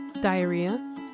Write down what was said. diarrhea